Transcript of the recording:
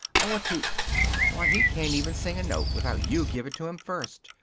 i want to why, he can't even sing a note without you give it to him first.